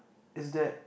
is that